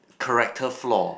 character flaw